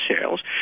sales